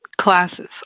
classes